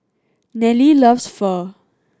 Nelly loves Pho